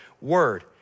word